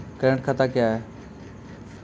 Current खाता क्या हैं?